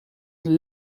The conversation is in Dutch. een